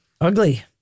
ugly